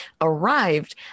arrived